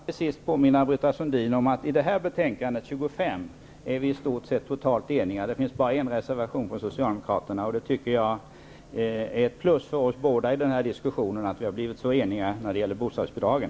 Herr talman! Jag vill till sist påminna Britta Sundin om att vi i stort sett är eniga i betänkande 25; det finns bara en reservation från Socialdemokraterna. Det tycker jag är ett plus för oss båda att vi blivit så eniga i fråga om bostadsbidragen.